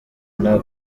nta